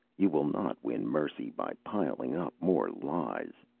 you will not win mercy by piling up more lies.